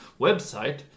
website